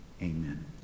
amen